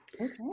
okay